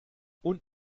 und